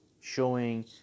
showing